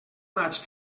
maig